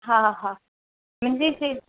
हा हा ईंदी